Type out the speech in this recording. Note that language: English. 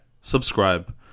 subscribe